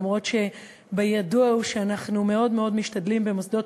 למרות שבידוע הוא שאנחנו מאוד מאוד משתדלים במוסדות